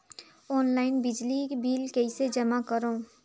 Online बिजली bill कइसे जमा करव?